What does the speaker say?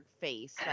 face